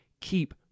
keep